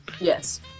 Yes